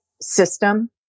system